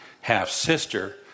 half-sister